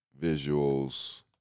visuals